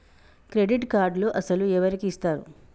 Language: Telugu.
క్రెడిట్ కార్డులు అసలు ఎవరికి ఇస్తారు?